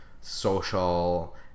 social